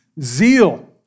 Zeal